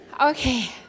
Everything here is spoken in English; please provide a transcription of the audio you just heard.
Okay